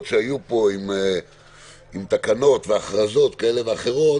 שהיו פה עם תקנות והכרזות כאלה ואחרות,